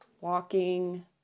walking